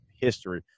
history